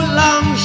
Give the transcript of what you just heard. long